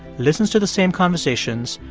listens to the same conversations,